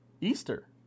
Easter